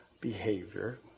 behavior